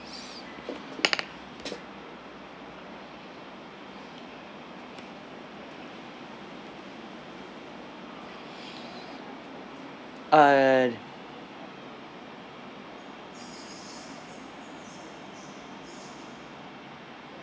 uh